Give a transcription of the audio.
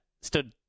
stood